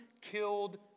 killed